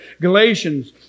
Galatians